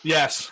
Yes